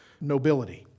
nobility